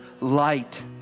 light